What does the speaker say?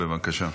בבקשה.